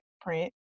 print